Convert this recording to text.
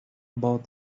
about